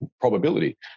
probability